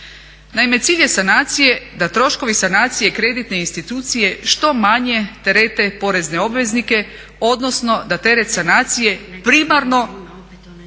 Naime, cilj je sanacije da troškovi sanacije kreditne institucije što manje terete porezne obveznike, odnosno da teret sanacije primarno